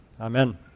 Amen